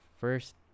first